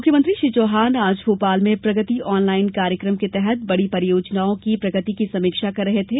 मुख्यमंत्री श्री चौहान आज भोपाल में प्रगति ऑनलाइन कार्यक्रम के तहत बड़ी परियोजनाओं की प्रगति की समीक्षा कर रहे थे